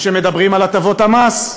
או שמדברים על הטבות המס,